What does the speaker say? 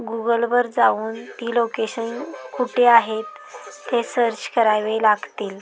गुगलवर जाऊन ती लोकेशन कुठे आहेत ते सर्च करावे लागतील